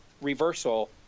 reversal